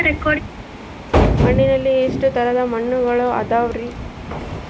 ಮಣ್ಣಿನಲ್ಲಿ ಎಷ್ಟು ತರದ ಮಣ್ಣುಗಳ ಅದವರಿ?